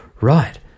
right